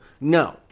No